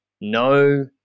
No